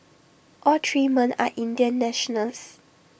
all three men are Indian nationals